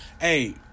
hey